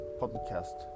podcast